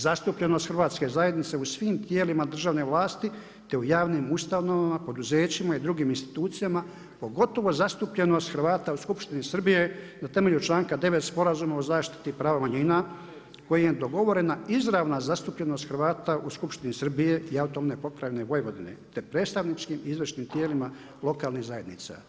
Zastupljenost hrvatske zajednice u svim tijelima državne vlasti te u javnim ustanovama, poduzećima i drugim institucijama pogotovo zastupljenost Hrvata u skupštini Srbije na temelju članka 9. Sporazuma o zaštiti prava manjina kojim je dogovorena izravna zastupljenost Hrvata u skupštini Srbije i autonomne pokrajine Vojvodine te predstavničkim izvršnim tijelima lokalnih zajednica.